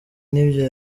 nibyo